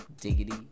diggity